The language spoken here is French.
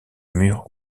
mur